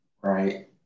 Right